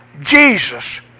Jesus